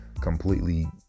completely